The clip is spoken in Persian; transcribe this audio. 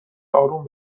اروم